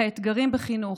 האתגרים בחינוך,